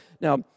Now